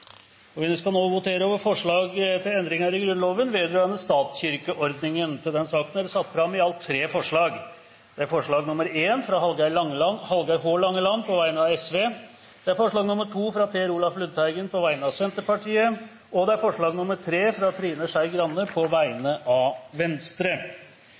imot. Vi skal nå votere over forslag til endringer i Grunnloven vedrørende statskirkeordningen. Under debatten er det satt fram tre forslag. Det er forslag nr. 1, fra Hallgeir H. Langeland på vegne av Sosialistisk Venstreparti forslag nr. 2, fra Per Olaf Lundteigen på vegne av Senterpartiet forslag nr. 3, fra Trine Skei Grande på